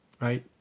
Right